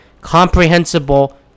comprehensible